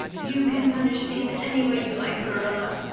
you can punish me in any way you like, marilla.